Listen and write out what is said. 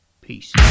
Peace